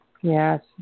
Yes